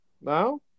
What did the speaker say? now